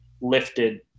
lifted